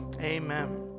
amen